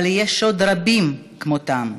אבל יש עוד רבים כמותם,